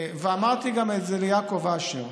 ואמרתי את זה גם ליעקב אשר: